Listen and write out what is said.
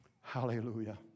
Hallelujah